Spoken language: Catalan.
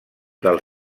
del